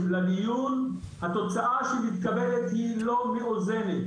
לדיון התוצאה שמתקבלת היא לא מאוזנת.